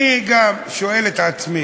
אני גם שואל את עצמי: